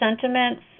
sentiments